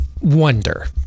wonder